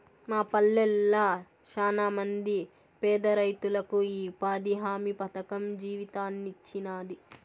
మా పల్లెళ్ళ శానమంది పేదరైతులకు ఈ ఉపాధి హామీ పథకం జీవితాన్నిచ్చినాది